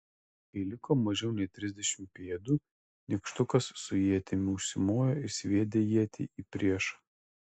kai liko mažiau nei trisdešimt pėdų nykštukas su ietimi užsimojo ir sviedė ietį į priešą